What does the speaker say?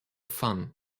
fun